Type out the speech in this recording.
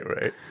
right